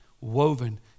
woven